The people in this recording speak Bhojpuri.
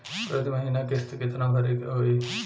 प्रति महीना किस्त कितना भरे के होई?